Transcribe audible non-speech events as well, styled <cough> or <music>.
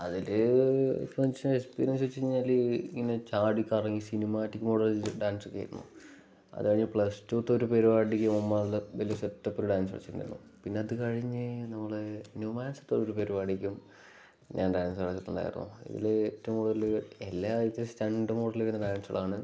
അതിൽ ഇപ്പം എക്സ്പീരിയൻസ് വെച്ച് കഴിഞ്ഞാൽ ഇങ്ങനെ ചാടിക്കറങ്ങി സിനിമാറ്റിക് മോഡല് ഡാൻസ് ഒക്കെയായിരുന്നു അത് കഴിഞ്ഞ് പ്ലസ് ടൂത്തൊരു ഒരു പരിപാടിക്കും നുമ്മ നല്ല വലിയ സെറ്റ് അപ്പിൽ ഡാൻസ് കളിച്ചിട്ടുണ്ടായിരുന്നു പിന്നെ അത് കഴിഞ്ഞ് നമ്മളെ <unintelligible> പരിപാടിക്കും ഞാൻ ഡാൻസ് കളിച്ചിട്ടുണ്ടായിരുന്നു ഇതിൽ ഏറ്റവും കൂടുതൽ എല്ലാ വെച്ചാൽ സ്റ്റണ്ട് മോഡലിലുള്ള ഡാൻസുകളാണ്